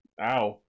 Ow